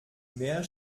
mehr